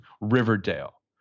Riverdale